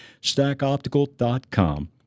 stackoptical.com